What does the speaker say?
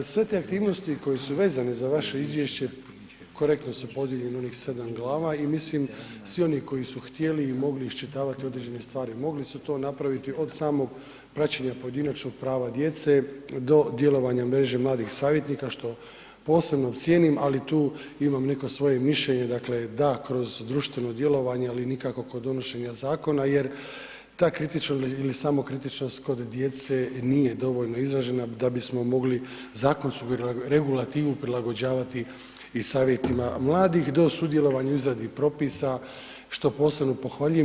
Sve te aktivnosti koje su vezane za vaše izvješće korektno su podijeljene u onih 7 glava i mislim svi oni koji su htjeli i mogli iščitavati određene stvari mogli su to napraviti od samog praćenja pojedinačnog prava djece do djelovanje mreže mladih savjetnika što posebno cijenim ali tu imam neko svoje mišljenje dakle da kroz društveno djelovanje ali nikako kod donošenja zakona jer ta kritičnost ili samokritičnost kod djece nije dovoljno izražena da bismo mogli zakonsku regulativu prilagođavati i savjetima mladih do sudjelovanja u izradi propisa, što posebno pohvaljujem.